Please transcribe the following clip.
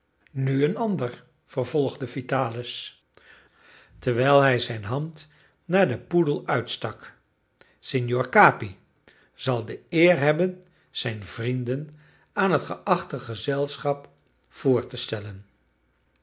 nu een ander vervolgde vitalis terwijl hij zijn hand naar den poedel uitstak signor capi zal de eer hebben zijn vrienden aan het geachte gezelschap voor te stellen